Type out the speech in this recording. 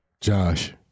Josh